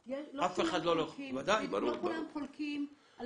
יש כאלה שחולקים עם